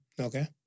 Okay